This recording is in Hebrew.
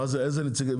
מה זה נציגי ציבור?